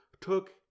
took